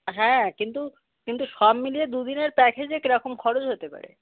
হ্যাঁ কিন্তু কিন্তু সব মিলিয়ে দু দিনের প্যাকেজে কিরকম খরচ হতে পারে